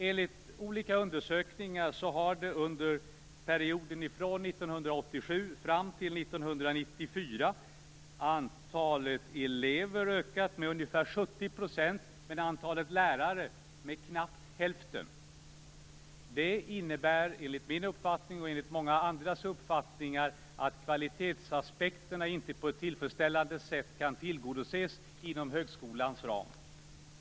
Enligt olika undersökningar har antalet elever under perioden från 1987 fram till 1994 ökat med ungefär 70 % men antalet lärare med knappt hälften. Det innebär enligt min uppfattning och enligt många andras uppfattningar att kvalitetsaspekterna inte på ett tillfredsställande sätt kan tillgodoses inom högskolans ram.